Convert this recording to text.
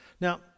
Now